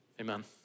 Amen